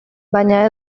baina